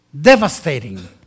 devastating